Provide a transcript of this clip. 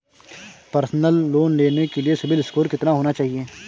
Personal loan लेने के लिए सिबिल स्कोर कितना होना चाहिए?